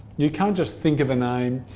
you can't just think of a name,